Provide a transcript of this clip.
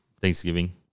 Thanksgiving